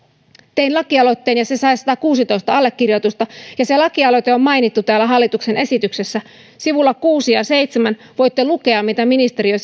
tein lakialoitteen ja se sai satakuusitoista allekirjoitusta se lakialoite on mainittu täällä hallituksen esityksessä sivuilla kuusi ja seitsemän voitte lukea mitä ministeriö